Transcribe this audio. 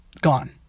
gone